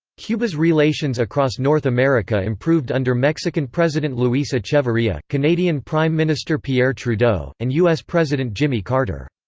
cuba's relations across north america improved under mexican president luis echeverria, canadian prime minister pierre trudeau, and u s. president jimmy carter.